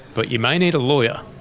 but you may need a lawyer.